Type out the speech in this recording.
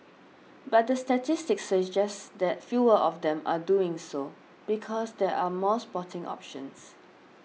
but the statistics suggest that fewer of them are doing so because there are more sporting options